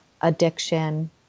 addiction